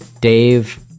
Dave